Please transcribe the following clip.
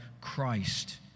Christ